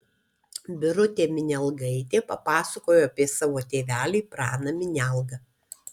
birutė minialgaitė papasakojo apie savo tėvelį praną minialgą